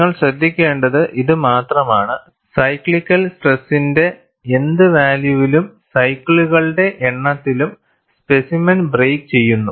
നിങ്ങൾ ശ്രദ്ധിക്കേണ്ടത് ഇത് മാത്രമാണ് സൈക്ലിക്കൽ സ്ട്രെസിന്റെ എന്ത് വാല്യൂവിലും സൈക്കിളുകളുടെ എണ്ണത്തിലും സ്പെസിമെൻ ബ്രേക്ക് ചെയ്യുന്നു